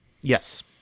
Yes